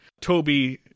Toby